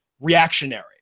reactionary